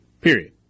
Period